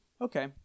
Okay